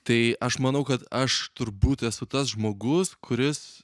tai aš manau kad aš turbūt esu tas žmogus kuris